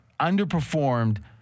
underperformed